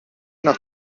nach